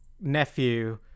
nephew